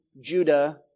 Judah